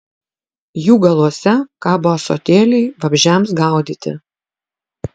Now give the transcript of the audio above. jų galuose kabo ąsotėliai vabzdžiams gaudyti